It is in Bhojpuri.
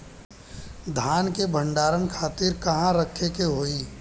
धान के भंडारन खातिर कहाँरखे के होई?